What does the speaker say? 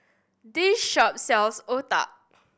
this shop sells Otah